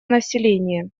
населения